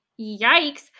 yikes